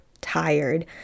tired